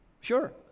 Sure